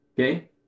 okay